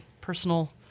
personal